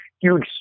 huge